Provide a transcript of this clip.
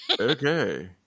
Okay